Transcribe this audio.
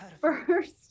first